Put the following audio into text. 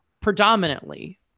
predominantly